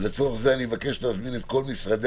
ולצורך זה אני מבקש להזמין את כל משרדי